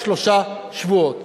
של שלושה שבועות,